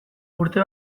urte